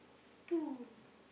two